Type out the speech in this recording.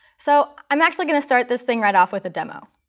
so i'm actually going to start this thing right off with a demo.